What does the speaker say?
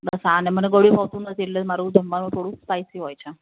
બસ આ અને મને ગળ્યું ભાવતું નથી એટલે મારું જમવાનું થોડું સ્પાઈસી હોય છે